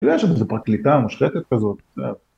‫אני יודע שזו פרקליטה מושלטת כזאת. ‫-כן.